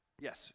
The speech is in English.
Yes